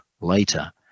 later